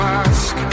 ask